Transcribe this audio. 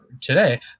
today